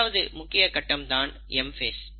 இரண்டாவது முக்கிய கட்டம்தான் M ஃபேஸ்